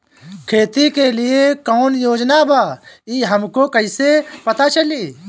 खेती के लिए कौने योजना बा ई हमके कईसे पता चली?